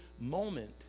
moment